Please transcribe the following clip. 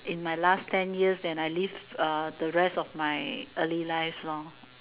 in my last ten years than I live uh the rest of my early life lor